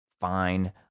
fine